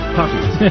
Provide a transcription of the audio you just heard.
puppies